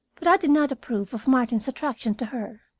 but i did not approve of martin's attraction to her.